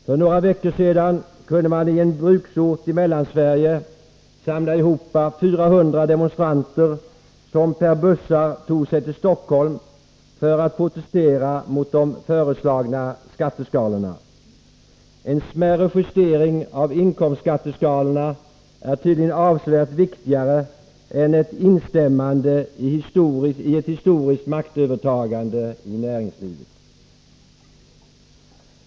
För några veckor sedan kunde man i en bruksort i Mellansverige samla ihop 400 demonstranter som per buss tog sig till Stockholm för att protestera mot de föreslagna skatteskalorna. En smärre justering av inkomstskatteskalorna är tydligen avsevärt viktigare än ett instämmande i ett historiskt maktövertagande i näringslivet.